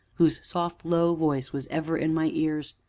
whose soft, low voice was ever in my ears?